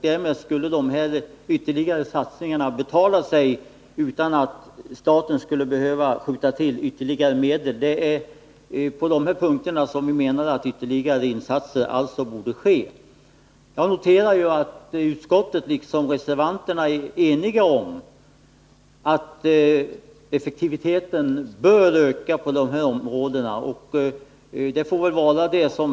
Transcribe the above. Därmed skulle de ytterligare satsningarna betala sig utan att staten skulle behöva skjuta till ytterligare medel. Det är på de punkterna som vi anser att ytterligare insatser borde göras. Jag noterar att utskottet och reservanterna är eniga om att effektiviteten bör öka på de här områdena.